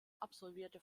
absolvierte